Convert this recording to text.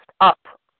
up